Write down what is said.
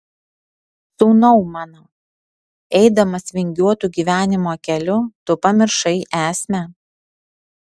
sūnau mano eidamas vingiuotu gyvenimo keliu tu pamiršai esmę